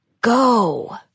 go